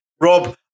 Rob